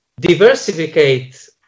diversificate